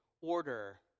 order